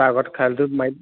তাৰ আগত খেয়ালিটোত মাৰিম